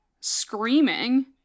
screaming